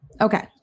Okay